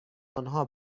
آنها